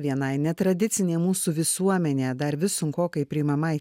vienai netradicinė mūsų visuomenė dar vis sunkokai priimamai